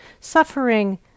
Suffering